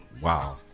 wow